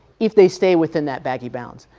if they stay within that baggy bounds.